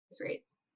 rates